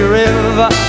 river